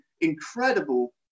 incredible